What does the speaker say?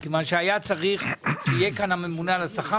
היה צריך להיות כאן הממונה על השכר